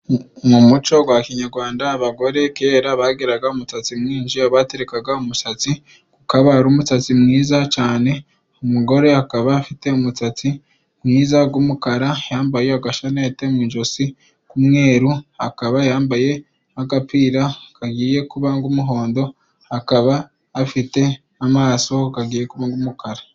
Mu muco gwa kinyarwanda abagore kera bagiraga umusatsi mwinshi abaterekaga umusatsi ku kaba Ari umusatsi mwiza cane umugore akaba afite umusatsi mwiza gumukara yambaye agashaneti mu ijosi ku umweru akaba yambaye agapira kagiye kuba umuhondo akaba afite amaso gagiye kuba nk'umukara.